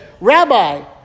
Rabbi